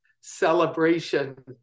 celebration